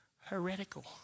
heretical